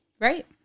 Right